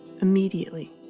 Immediately